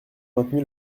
maintenu